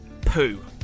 poo